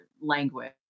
language